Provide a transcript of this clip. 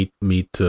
meet